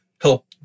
help